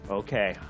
okay